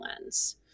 lens